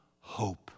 hope